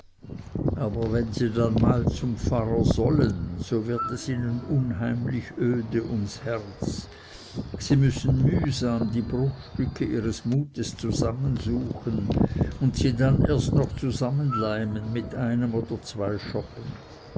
aber wenn sie dann mal zum pfarrer sollen so wird es ihnen unheimlich und öde ums herz sie müssen mühsam die bruchstücke ihres mutes zusammensuchen und sie dann erst noch zusammenleimen mit einem oder zwei schoppen